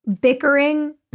bickering